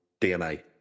DNA